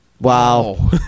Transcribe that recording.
Wow